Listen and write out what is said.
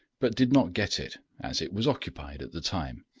but did not get it, as it was occupied at the time.